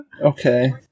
Okay